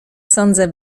sądzę